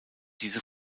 diese